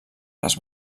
les